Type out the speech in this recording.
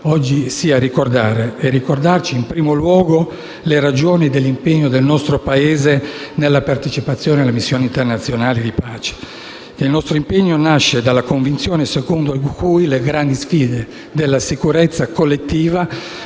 oggi sia ricordare, in primo luogo, le ragioni dell'impegno del nostro Paese nella partecipazione alle missioni internazionali di pace. Il nostro impegno nasce dalla convinzione secondo cui le grandi sfide della sicurezza collettiva